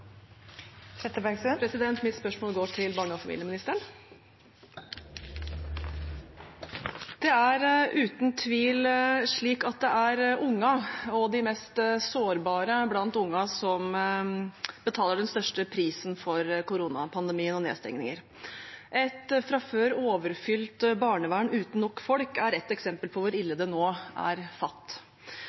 Mitt spørsmål går til barne- og familieministeren. Det er uten tvil ungene og de mest sårbare blant ungene som betaler den største prisen for koronapandemien og nedstengninger. Et fra før overfylt barnevern uten nok folk er et eksempel på hvor ille det nå er fatt.